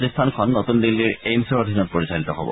প্ৰতিষ্ঠানখন নতুন দিল্লীৰ এইমছৰ অধীনত পৰিচালিত হব